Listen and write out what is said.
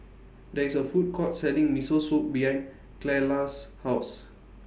There IS A Food Court Selling Miso Soup behind Clella's House